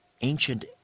ancient